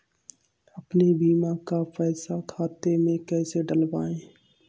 अपने बीमा का पैसा खाते में कैसे डलवाए?